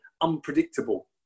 unpredictable